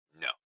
No